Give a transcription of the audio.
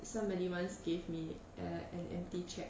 somebody once gave me air an empty cheque